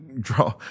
draw